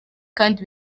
kandi